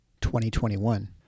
2021